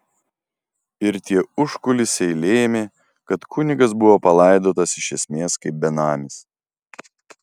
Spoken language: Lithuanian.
ir tie užkulisiai lėmė kad kunigas buvo palaidotas iš esmės kaip benamis